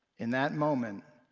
in that moment,